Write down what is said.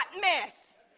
mess